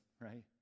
right